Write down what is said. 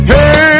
Hey